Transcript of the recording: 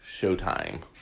Showtime